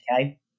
okay